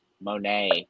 Monet